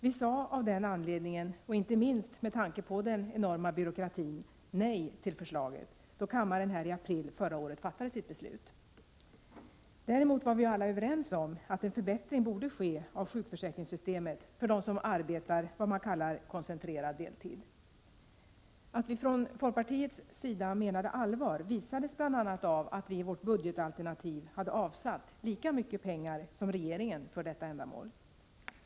Vi sade av den anledningen — inte minst med tanke på den enorma byråkratin — nej till förslaget då kammaren här i april förra året fattade sitt beslut. Däremot var vi alla överens om att en förbättring borde ske av sjukförsäkringssystemet för dem som arbetar vad man kallar koncentrerad deltid. Att vi i folkpartiet menade allvar visades bl.a. i vårt budgetalternativ, där vi hade avsatt lika mycket pengar som regeringen för detta ändamål.